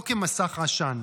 לא כמסך עשן.